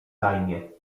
zajmie